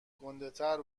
گندهتر